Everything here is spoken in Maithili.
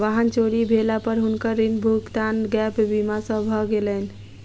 वाहन चोरी भेला पर हुनकर ऋण भुगतान गैप बीमा सॅ भ गेलैन